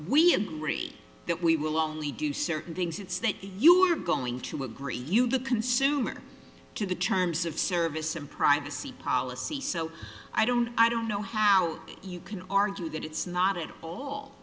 we agree that we will only do certain things it's that you're going to agree you the consumer to the terms of service and privacy policy so i don't i don't know how you can argue that it's not it a